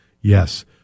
Yes